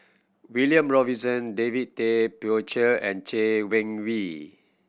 William Robinson David Tay Poey Cher and Chay Weng Yew